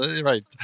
Right